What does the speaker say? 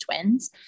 twins